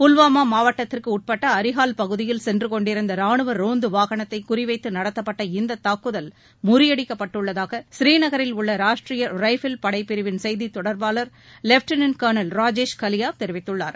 புல்வாமா மாவட்டத்திற்குட்பட்ட அரிஹால் பகுதியில் சென்று கொண்டிருந்த ராணுவ ரோந்து வாகனத்தை குறிவைத்து நடத்தப்பட்ட இந்த தாக்குதல் முறியடிக்கப்பட்டுள்ளதாக பூநீநகரில் உள்ள ராஷ்ட்ரிய ரைபிள்ஸ் படைப்பிரிவின் செய்தித் தொடர்பாளர் லெப்டினன்ட் கர்னல் ராஜேஷ் கலியா தெரிவித்துள்ளார்